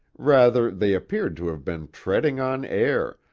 rather they appeared to have been treading on air,